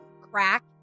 crack